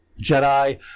Jedi